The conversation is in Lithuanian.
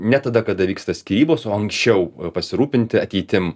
ne tada kada vyksta skyrybos su anksčiau pasirūpinti ateitim